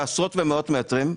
בעשרות ובמאות מטרים,